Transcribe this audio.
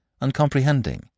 uncomprehending